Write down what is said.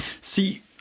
See